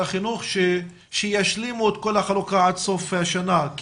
החינוך שישלימו את כל החלוקה עד סוף שנה.